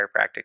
chiropractic